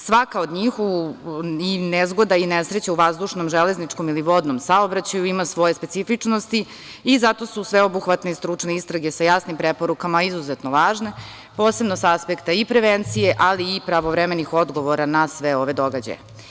Svaka od nesreća i nezgoda u vazdušnom, železničkom ili vodnom saobraćaju ima svoje specifičnosti i zato su sveobuhvatne stručne istrage sa jasnim preporukama izuzetno važne, posebno sa aspekta i prevencije, ali i pravovremenih odgovora na sve ove događaje.